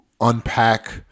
unpack